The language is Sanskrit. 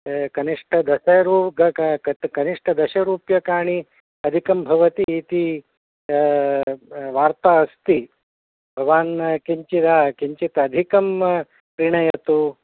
कनिष्ठ दश कनिष्ठ दशरूप्यकाणि अधिकं भवति इति वार्ता अस्ति भवान् किञ्चिद् किञ्चित् अधिकं क्रिणातु